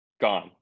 gone